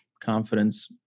confidence